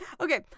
Okay